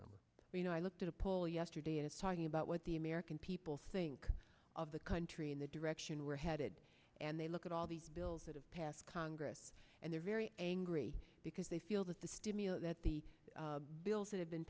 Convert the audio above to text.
you know i looked at a poll yesterday as talking about what the american people think of the country and the direction we're headed and they look at all the bills that have passed congress and they're very angry because they feel that the stimulus that the bills that have been